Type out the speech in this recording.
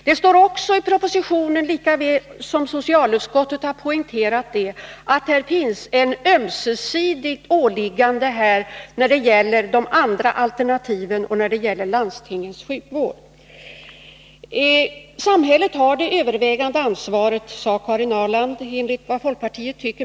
Det står också i propositionen, likaväl som socialutskottet har poängterat det, att det finns ett ömsesidigt åliggande när det gäller de andra alternativen och när det gäller landstingens sjukvård. Samhället har det övervägande ansvaret, sade Karin Ahrland att folkpartiet tycker.